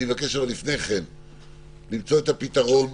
אבל אני מבקש לפני כן למצוא את הפתרון.